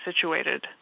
situated